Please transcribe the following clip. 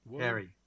Harry